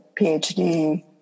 PhD